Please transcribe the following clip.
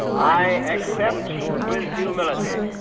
i accept with humility